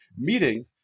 meeting